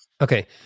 Okay